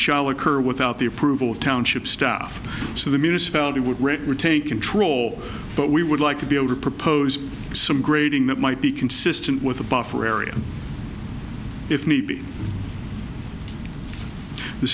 shall occur without the approval of township staff so the municipality would retain control but we would like to be able to propose some grading that might be consistent with a buffer area if need be the